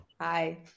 Hi